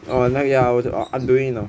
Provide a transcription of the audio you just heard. oh 那个 ya I'm doing it now